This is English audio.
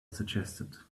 suggested